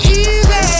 easy